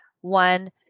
One